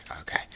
okay